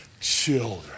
children